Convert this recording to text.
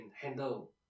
handle